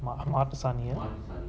மாட்டு சாணியா:maatu saaniya